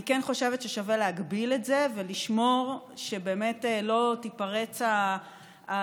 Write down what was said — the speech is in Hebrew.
אני כן חושבת ששווה להגביל את זה ולשמור שלא תיפרץ הגדר